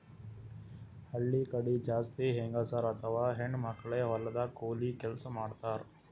ಹಳ್ಳಿ ಕಡಿ ಜಾಸ್ತಿ ಹೆಂಗಸರ್ ಅಥವಾ ಹೆಣ್ಣ್ ಮಕ್ಕಳೇ ಹೊಲದಾಗ್ ಕೂಲಿ ಕೆಲ್ಸ್ ಮಾಡ್ತಾರ್